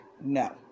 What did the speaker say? No